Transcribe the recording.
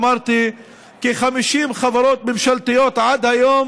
אמרתי: כ-50 חברות ממשלתיות עד היום